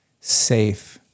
safe